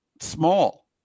small